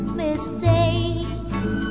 mistakes